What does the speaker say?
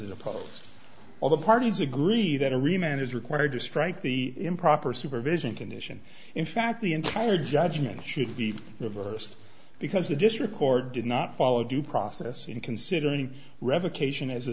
imposed on the parties agree that a remained as required to strike the improper supervision condition in fact the entire judgment should be reversed because the district court did not follow due process in considering revocation as a